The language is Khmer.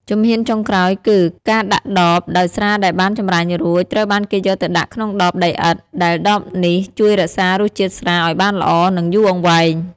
ជំហានចុងក្រោយគឺ ការដាក់ដប ដោយស្រាដែលបានចម្រាញ់រួច ត្រូវបានគេយកទៅដាក់ក្នុងដបដីឥដ្ឋ ដែលដបនេះជួយរក្សារសជាតិស្រាឱ្យបានល្អ និងយូរអង្វែង។